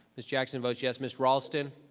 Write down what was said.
ms. jackson votes yes. ms. raulston?